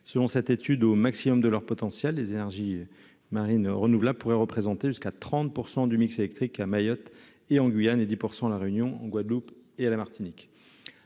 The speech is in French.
selon cette étude au maximum de leur potentiel des énergies marines renouvelables pourraient représenter jusqu'à 30 % du mix électrique à Mayotte et en Guyane et 10 % la Réunion en Guadeloupe et à la Martinique,